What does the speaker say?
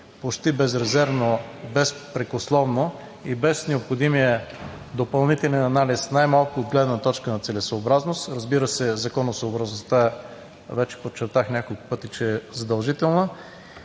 почти безрезервно, безпрекословно и без необходимия допълнителен анализ най-малко от гледна точка на целесъобразност. Разбира се, законосъобразността – вече подчертах няколко пъти, че е задължителна.